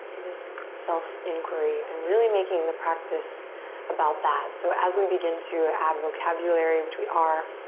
this self inquiry and really making the practice about that. so as we begin to add vocabulary, which we are,